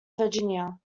virginia